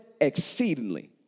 exceedingly